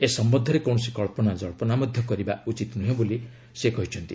ଏ ସମ୍ବନ୍ଧରେ କୌଣସି କଳ୍ପନାଜଳ୍ପନା ମଧ୍ୟ କରିବା ଉଚିତ୍ ନୁହେଁ ବୋଲି ସେ କହିଛନ୍ତି